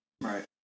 Right